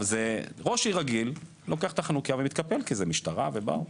ראש עיר רגיל לוקח את החנוכייה ומתקפל כי זה משטרה וכולי.